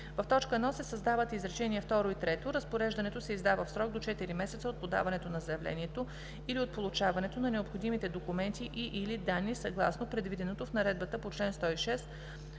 в т. 1 се създават изречения второ и трето: „Разпореждането се издава в срок до 4 месеца от подаването на заявлението или от получаването на необходимите документи и/или данни съгласно предвиденото в наредбата по чл. 106.